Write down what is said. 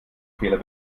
fehler